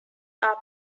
are